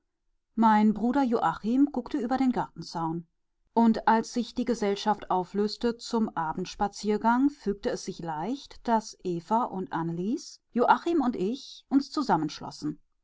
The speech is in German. mein bruder joachim guckte über den gartenzaun und als sich die gesellschaft auflöste zum abendspaziergang fügte es sich leicht daß eva und annelies joachim und ich uns zusammenschlossen